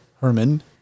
Herman